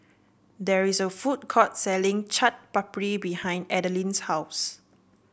there is a food court selling Chaat Papri behind Adaline's house